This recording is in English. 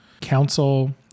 council